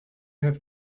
have